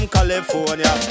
California